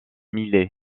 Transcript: milet